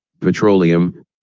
petroleum